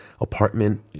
apartment